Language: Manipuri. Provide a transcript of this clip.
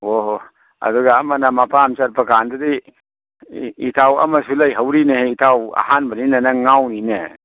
ꯑꯣꯍꯣ ꯑꯗꯨꯒ ꯑꯃꯅ ꯃꯄꯥꯝ ꯆꯠꯄ ꯀꯥꯟꯗꯗꯤ ꯏꯇꯥꯎ ꯑꯃꯁꯨ ꯂꯩꯍꯧꯔꯤꯅꯦꯍꯦ ꯏꯇꯥꯎ ꯑꯍꯥꯟꯕꯅꯤꯅ ꯅꯪ ꯉꯥꯎꯅꯤꯅꯦ